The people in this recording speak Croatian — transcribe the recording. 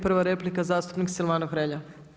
Prva replika zastupnik Silvano Hrelja.